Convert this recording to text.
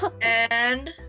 And-